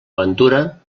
aventura